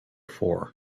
for